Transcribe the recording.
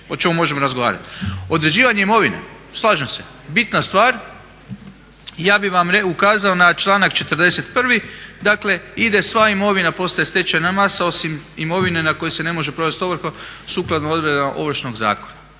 o čemu možemo razgovarati. Određivanje imovine, slažem se. Bitna stvar ja bih vam ukazao na članak 41., dakle ide sva imovina postaje stečajna masa osim imovine nad kojom se ne može provesti ovrha sukladno odredbama Ovršnog zakona.